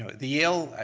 ah the yale,